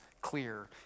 clear